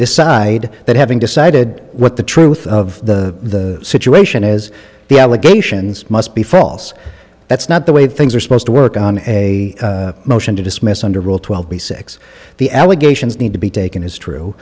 decide that having decided what the truth of the situation is the allegations must be false that's not the way things are supposed to work on a motion to dismiss under rule twelve b six the allegations need to be taken as true